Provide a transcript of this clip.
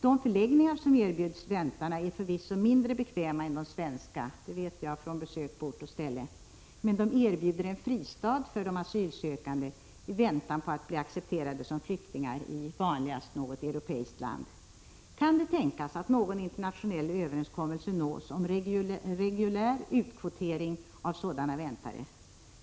De förläggningar som erbjuds dem som väntar är förvisso mindre bekväma än de svenska — det vet jag efter besök på ort och ställe — men de erbjuder en fristad för de asylsökande i väntan på att de skall bli accepterade som flyktingar — det är vanligast — i något europeiskt land. Kan det tänkas att någon internationell överenskommelse nås om reguljär utkvotering av sådana ”väntare”?